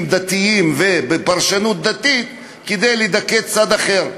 דתיים ובפרשנות דתית כדי לדכא צד אחר.